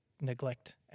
neglect